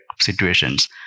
situations